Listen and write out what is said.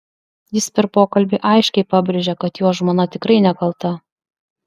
jis per pokalbį aiškiai pabrėžė kad jo žmona tikrai nekalta